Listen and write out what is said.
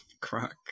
Crack